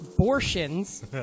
abortions